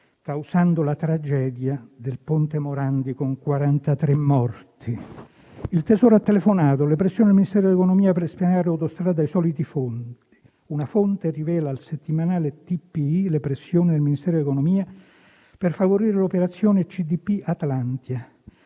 causando la tragedia del ponte Morandi con 43 morti. "Il Tesoro ha telefonato": le pressioni del Ministro dell'economia per spianare Autostrade ai soliti fondi. Una fonte rivela al settimanale TPI le pressioni del Ministero dell'economia per favorire l'operazione CDP Atlantia: